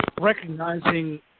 recognizing